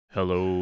Hello